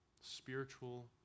spiritual